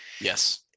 Yes